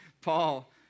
Paul